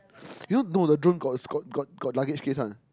you know the drone got got got got luggage case one